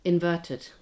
Inverted